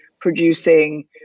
producing